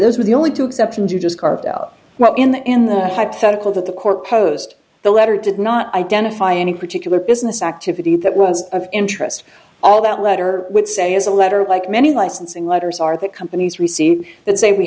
those were the only two exceptions you just carved out in the in the hypothetical that the court posed the letter did not identify any particular business activity that was of interest all that letter would say is a letter like many licensing letters are that companies receive that say we